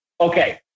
Okay